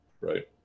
right